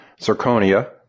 zirconia